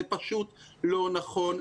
זה פשוט לא נכון.